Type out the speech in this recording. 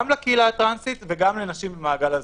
לקהילה הטרנסית וגם לנשים במעגל הזנות,